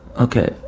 Okay